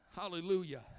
Hallelujah